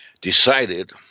decided